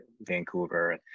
Vancouver